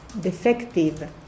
defective